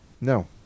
No